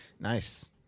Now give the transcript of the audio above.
Nice